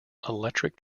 electric